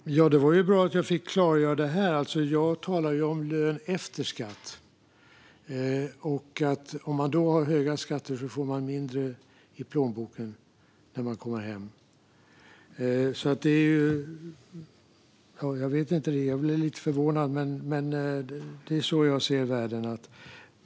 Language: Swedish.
Fru talman! Det var bra att jag fick klargöra det. Jag talar om lön efter skatt. Om man har höga skatter får människor mindre i plånboken där de kommer hem. Jag blev lite förvånad. Men det är så jag ser världen.